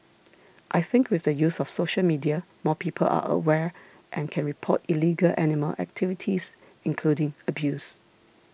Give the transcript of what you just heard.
I think with the use of social media more people are aware and can report illegal animal activities including abuse